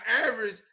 average